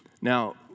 Now